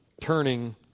turning